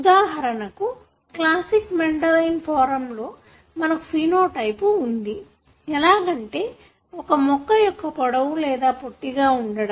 ఉదాహరణ కు classic Mendelian form లో మనకు ఫీనో టైపు వుంది ఎలాగంటే ఒక మొక్క పొడవు లేదా పొట్టిగా ఉండడం